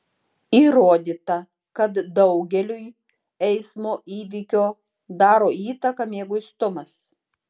įrodyta kad daugeliui eismo įvykio daro įtaką mieguistumas